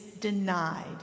denied